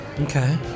Okay